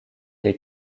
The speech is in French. les